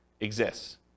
exists